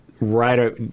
Right